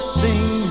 sing